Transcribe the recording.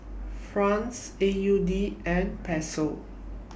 Franc A U D and Peso